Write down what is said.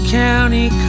county